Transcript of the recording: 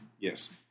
Yes